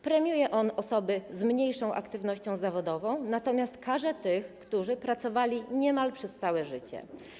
Premiuje osoby z mniejszą aktywnością zawodową, natomiast karze tych, którzy pracowali niemal przez całe życie.